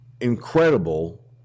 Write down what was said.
incredible